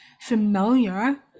familiar